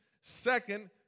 Second